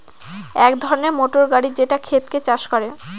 এক ধরনের মোটর গাড়ি যেটা ক্ষেতকে চাষ করে